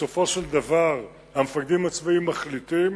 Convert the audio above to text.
בסופו של דבר, המפקדים הצבאיים מחליטים.